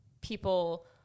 people